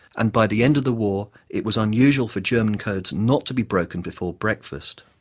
and by the end of the war it was unusual for german codes not to be broken before breakfast.